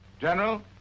General